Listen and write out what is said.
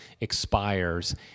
expires